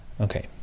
Okay